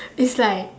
it's like